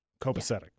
Copacetic